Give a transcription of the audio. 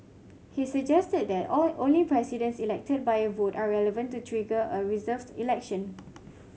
he suggested that only Presidents elected by a vote are relevant to trigger a reserved election